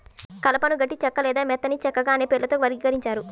కలపను గట్టి చెక్క లేదా మెత్తని చెక్కగా అనే పేర్లతో వర్గీకరించారు